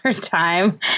time